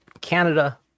canada